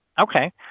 Okay